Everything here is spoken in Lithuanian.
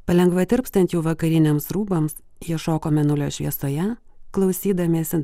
palengva tirpstant jau vakariniams rūbams jie šoko mėnulio šviesoje klausydamiesi